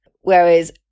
whereas